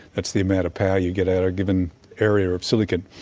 that's the amount of power you get out of a given area of silicon.